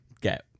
get